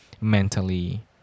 mentally